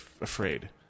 afraid